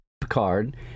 Picard